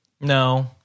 no